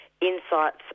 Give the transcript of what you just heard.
insights